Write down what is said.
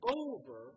over